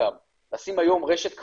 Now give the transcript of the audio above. לשים היום רשת כבלים,